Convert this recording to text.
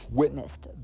witnessed